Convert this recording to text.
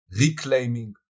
reclaiming